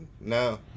No